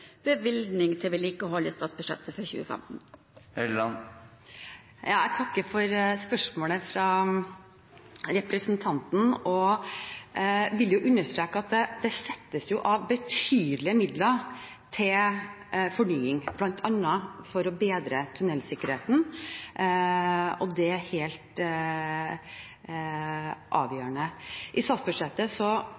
bevilgning til vedlikehold i statsbudsjettet for 2015? Jeg takker for spørsmålet fra representanten og vil understreke at det settes av betydelige midler til fornying, bl.a. for å bedre tunnelsikkerheten. Og det er helt